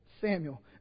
Samuel